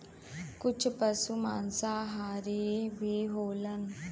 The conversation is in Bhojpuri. कुछ पसु मांसाहारी भी होलन